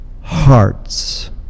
hearts